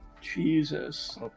Jesus